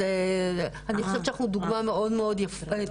אז אני חושבת שאנחנו דוגמה מאוד טובה